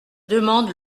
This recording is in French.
demande